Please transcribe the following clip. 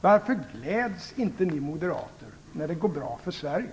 Varför gläds inte ni moderater när det går bra för Sverige?